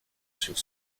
sur